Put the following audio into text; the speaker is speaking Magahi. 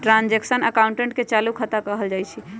ट्रांजैक्शन अकाउंटे के चालू खता कहल जाइत हइ